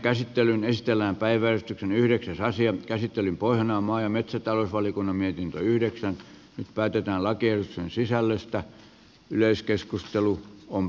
käsittelyn pohjana on maa ja metsätalousvaliokunnan mietintö yhdeksän ja päädytään lakien sisällöstä yleiskeskustelu on